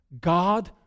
God